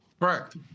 Correct